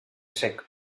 sec